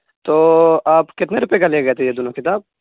تو آپ کتنے روپئے کا لے گئے تھے یہ دونوں کتاب